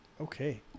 Okay